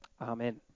Amen